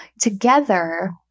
together